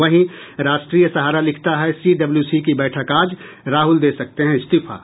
वहीं राष्ट्रीय सहारा लिखता है सी डब्ल्यू सी की बैठक आज राहुल दे सकते हैं इस्तीफा